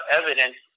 evidence